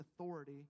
authority